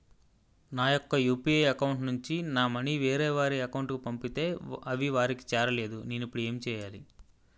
నా యెక్క UPI account నుంచి నా మనీ వేరే వారి అకౌంట్ కు పంపితే అవి వారికి చేరలేదు నేను ఇప్పుడు ఎమ్ చేయాలి?